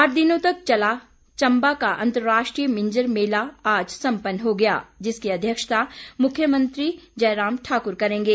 आठ दिनों तक चला चंबा का अन्तर्राष्ट्रीय मिंजर मेला आज संम्पन्न होगा जिसकी अध्यक्षता मुख्यमंत्री जयराम ठाकुर करेंगे